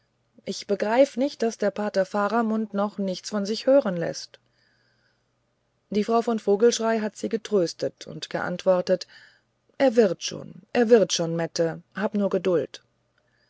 ich begreif nicht daß der pater faramund noch nichts von sich hören läßt die frau von vogelschrey hat sie getröstet und geantwortet er wird schon er wird schon mette hab nur geduld